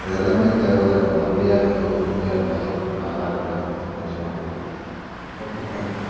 அது எல்லாமே தேவையில்ல நல்லபடியாக இருந்து ஒற்றுமையாக இருந்தாலே நல்லா இருக்கலாம் சந்தோஷமா இருக்கலாம் ஓகே தேங்க்யூ